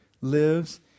lives